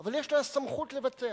אבל יש לה הסמכות לבצע